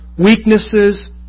Weaknesses